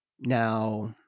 Now